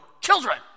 children